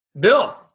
Bill